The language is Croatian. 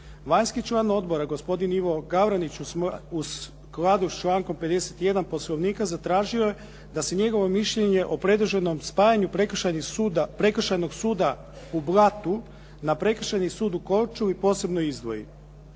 Vanjski član odbora gospodin Ivo Gavranić u skladu sa člankom 51. Poslovnika zatražio je da se njegovo mišljenje o predloženom spajanju prekršajnog suda u Blatu na prekršajni sud u Korčuli posebno izdvoji.